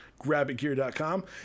grabitgear.com